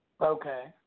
Okay